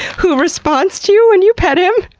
who responds to you when you pet him.